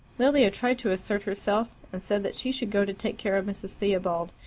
lilia tried to assert herself, and said that she should go to take care of mrs. theobald.